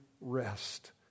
rest